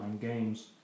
games